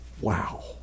wow